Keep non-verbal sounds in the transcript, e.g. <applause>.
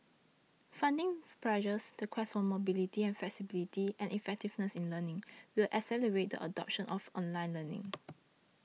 funding pressures the quest for mobility and flexibility and effectiveness in learning will accelerate the adoption of online learning <noise>